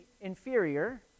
inferior